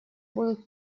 будут